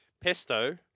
pesto